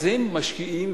הם משקיעים,